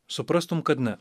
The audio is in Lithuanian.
suprastum kad ne